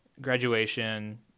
graduation